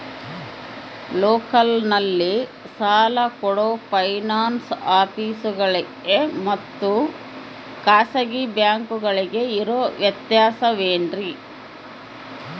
ಲೋಕಲ್ನಲ್ಲಿ ಸಾಲ ಕೊಡೋ ಫೈನಾನ್ಸ್ ಆಫೇಸುಗಳಿಗೆ ಮತ್ತಾ ಖಾಸಗಿ ಬ್ಯಾಂಕುಗಳಿಗೆ ಇರೋ ವ್ಯತ್ಯಾಸವೇನ್ರಿ?